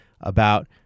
about-